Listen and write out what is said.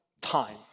time